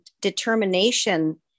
determination